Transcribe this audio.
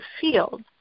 field